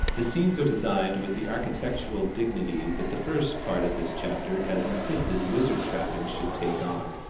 the scenes are designed with the architectural dignity that the first part of this chapter has insisted wizard trappings should take on.